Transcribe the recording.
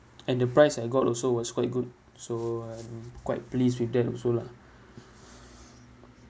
and the price I got also was quite good so I'm quite pleased with them also lah